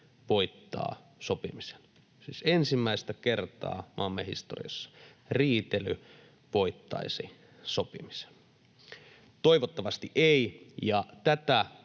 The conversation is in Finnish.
voittaa sopimisen? Siis ensimmäistä kertaa maamme historiassa riitely voittaisi sopimisen? Toivottavasti ei, ja tätä